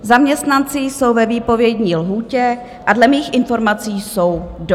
Zaměstnanci jsou ve výpovědní lhůtě a dle mých informací jsou doma.